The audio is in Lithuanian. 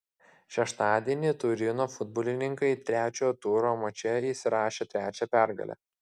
šeštadienį turino futbolininkai trečio turo mače įsirašė trečią pergalę